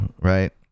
Right